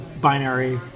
binary